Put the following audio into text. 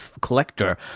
collector